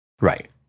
Right